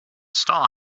stall